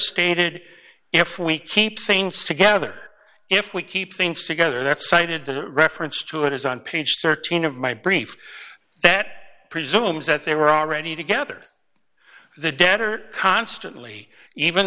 skated if we keep things together if we keep things together that cited the reference to it as on page thirteen of my brief that presumes that they were already together the debtor constantly even